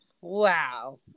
Wow